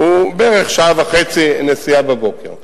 לוקח בערך שעה וחצי נסיעה בבוקר.